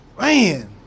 Man